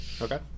Okay